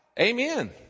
Amen